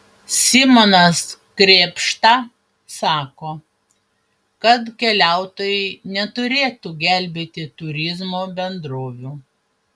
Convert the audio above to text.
simonas krėpšta sako kad keliautojai neturėtų gelbėti turizmo bendrovių